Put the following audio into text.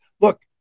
look